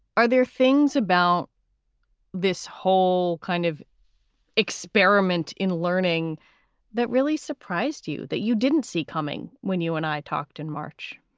are there things about this whole kind of experiment in learning that really surprised you that you didn't see coming when you and i talked in march?